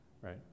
right